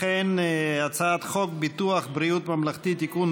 הצעת חוק ביטוח בריאות ממלכתי (תיקון,